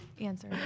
answer